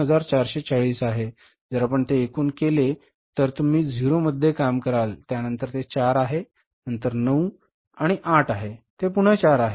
जर आपण ते एकुण केले तर तुम्ही 00 मध्ये काम कराल त्यानंतर ते 4 आहे नंतर ते 9 आणि 8 आहे ते पुन्हा 4 आहे